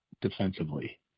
defensively